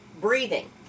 Breathing